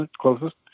closest